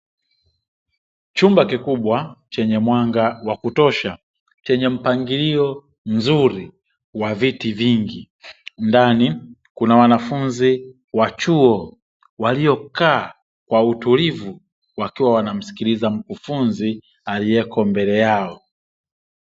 Chumba kikubwa chenye mwanga wa kutosha, chenye mpangilio mzuri wa viti vingi. Ndani kuna wanafunzi wa chuo waliokaa kwa utulivu wakiwa wanamsikiliza mkufunzi aliyeko mbele yao.